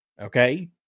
Okay